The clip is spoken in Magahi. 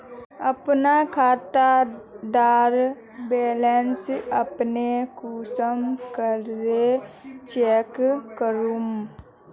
अपना खाता डार बैलेंस अपने कुंसम करे चेक करूम?